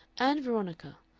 ann veronica,